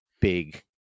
big